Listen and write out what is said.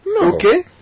Okay